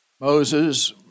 Moses